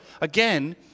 again